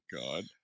god